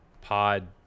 pod